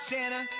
Santa